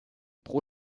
pro